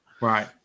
Right